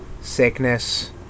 Sickness